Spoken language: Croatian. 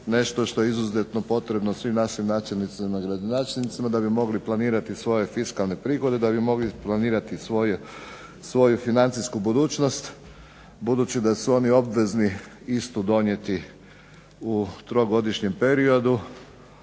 nešto što je izuzetno potrebno svim našim načelnicima, gradonačelnicima da bi mogli planirati svoje fiskalne prihode, da bi mogli planirati svoju financijsku budućnost budući da su oni obvezni istu donijeti u trogodišnjem periodu,